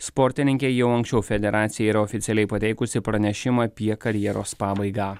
sportininkė jau anksčiau federacijai yra oficialiai pateikusi pranešimą apie karjeros pabaigą